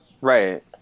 Right